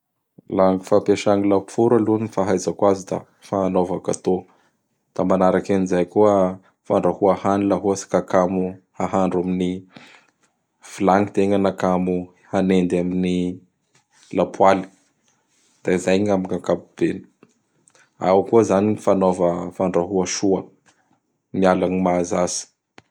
Laha gny fampiasa gny laforo aloha gny fahaizako azy da fanaova gateau; da manaraky an'izay koa, fandrahoa hany laha ohatsy ka kamo hahandro amin' gny vilagny tegna na kamo hanendy amin' gny lapoaly; da izay amin' gny ankapobeny. Ao koa izany fanaova fandrahoa soa. Miala amin'ny mahazatsy.